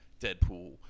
Deadpool